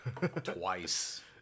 twice